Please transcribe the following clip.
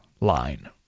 line